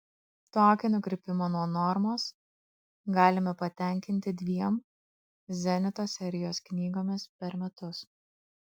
tokį nukrypimą nuo normos galime patenkinti dviem zenito serijos knygomis per metus